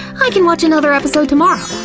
i can watch another episode tomorrow.